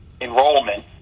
enrollment